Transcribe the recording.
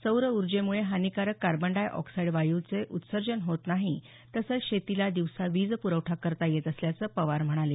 सौर उर्जेमुळे हानिकारक कार्बन डाय ऑक्साईड वायूचे उत्सर्जन होत नाही तसंच शेतीला दिवसा वीज पुरवठा करता येत असल्याचं पवार म्हणाले